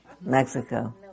Mexico